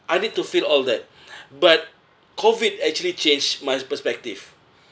I need to feel all that but COVID actually change my perspective